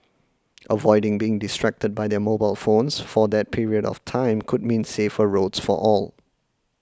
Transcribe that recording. avoiding being distracted by their mobile phones for that period of time could mean safer roads for all